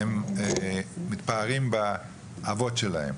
מתפארים באבות שלהם,